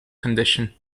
condition